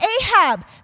Ahab